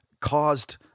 caused